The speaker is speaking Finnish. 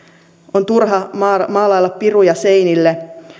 on turha maalailla piruja seinille